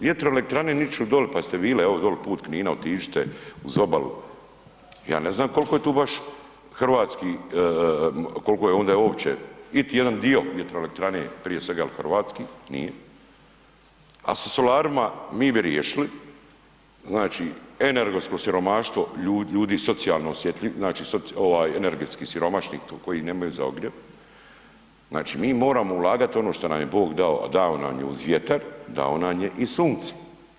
Vjetroelektrane niču doli, pa jeste bili, evo doli put Knina otiđite uz obalu, ja ne znam koliko je tu baš hrvatski, koliko je ondje uopće iti jedan dio vjetroelektrane prije svega hrvatski, nije, a sa solarima mi bi riješili, znači energetsko siromaštvo ljudi socijalno osjetljivih, ovih energetsko siromašnih koji nemaju za ogrijev, znači mi moramo ulagat ono šta nam je bog dao, a dao nam je uz vjetar, da nam je i sunce.